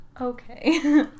Okay